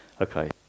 Okay